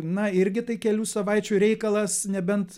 na irgi tai kelių savaičių reikalas nebent